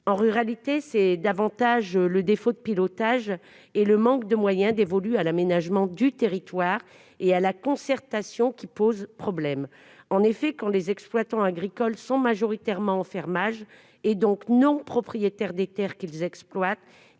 En ruralité, c'est davantage le défaut de pilotage et le manque de moyens dévolus à l'aménagement du territoire et à la concertation qui posent problème. En effet, quand les exploitants agricoles sont majoritairement en fermage, c'est-à-dire ne sont pas propriétaires des terres qu'ils exploitent,